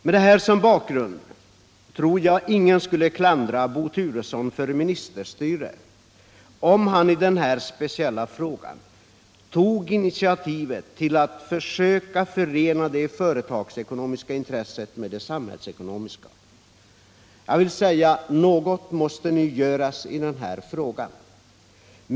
Med detta som bakgrund tror jag ingen skulle klandra Bo Turesson för ministerstyre om han i den här speciella frågan tog initiativet till att försöka förena det företagsekonomiska intresset med det samhällekonomiska. Något måste nu göras i den här frågan.